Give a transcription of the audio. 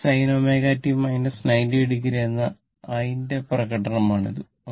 I sin ω t 90 o എന്ന I ന്റെ പ്രകടനമാണിത്